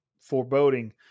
Foreboding